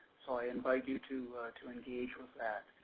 so i invite you to to engage with that.